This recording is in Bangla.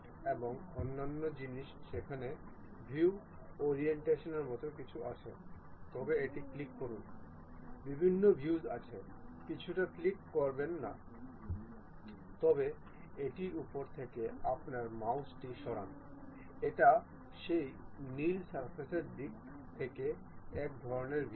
সুতরাং যদি আমরা এই বর্তমান কোণটি বৃদ্ধি করি তবে এটি বর্তমান কোণ